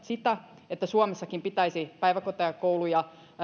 sitä että suomessakin pitäisi päiväkoteja kouluja